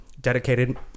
dedicated